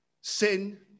Sin